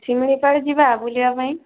ଶିମିଳିପାଳ ଯିବା ବୁଲିବା ପାଇଁ